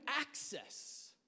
access